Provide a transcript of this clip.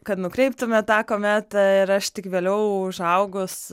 kad nukreiptume tą kometą ir aš tik vėliau užaugus